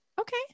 Okay